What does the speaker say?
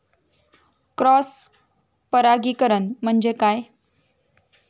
Cross परागीकरण म्हणजे काय?